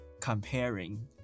comparing